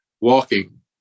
walking